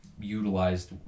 utilized